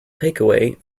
takeaway